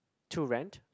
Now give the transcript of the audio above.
to rent